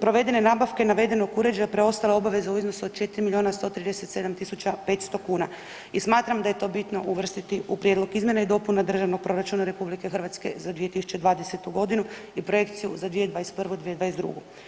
provedene nabavke navedenog uređaja preostala je obaveza u iznosu od 4 milijuna, 137 tisuća, 500 kuna i smatram da je to bitno uvrstiti u prijedlog izmjena i dopuna Državnog proračuna RH za 2020.g. i projekciju za 2021. i 2022.